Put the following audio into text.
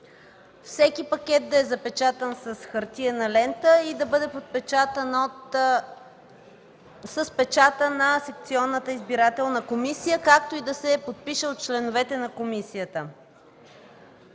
Всеки пакет да е запечатан с хартиена лента и да бъде подпечатан с печата на секционната избирателна комисия, както и да се подпише от членовете на комисията.